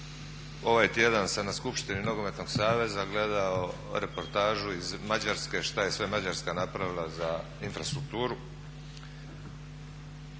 ovaj tjedan na skupštini nogometnog saveza gledao reportažu iz Mađarske, šta je sve Mađarska napravila za infrastrukturu.